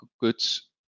goods